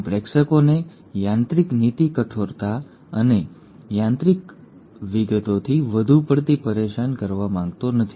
હું પ્રેક્ષકોને યાંત્રિક નિતી કઠોરતા અને યાંત્રિક વિગતોથી વધુ પડતી પરેશાન કરવા માંગતો નથી